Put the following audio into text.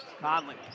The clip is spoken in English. Conley